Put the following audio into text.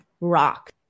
rock